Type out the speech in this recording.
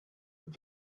that